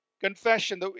Confession